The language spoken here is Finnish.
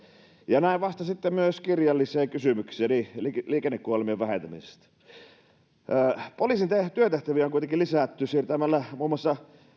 ja näin vastasitte myös kirjalliseen kysymykseeni liikennekuolemien vähentämisestä poliisin työtehtäviä on kuitenkin lisätty siirtämällä muun muassa